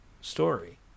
story